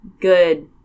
good